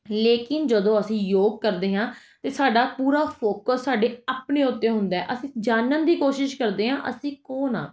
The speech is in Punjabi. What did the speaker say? ਲੇਕਿਨ ਜਦੋਂ ਅਸੀਂ ਯੋਗ ਕਰਦੇ ਹਾਂ ਤਾਂ ਸਾਡਾ ਪੂਰਾ ਫੋਕਸ ਸਾਡੇ ਆਪਣੇ ਉੱਤੇ ਹੁੰਦਾ ਅਸੀਂ ਜਾਣਨ ਦੀ ਕੋਸ਼ਿਸ਼ ਕਰਦੇ ਹਾਂ ਅਸੀਂ ਕੌਣ ਹਾਂ